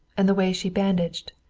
and the way she bandaged,